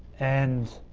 and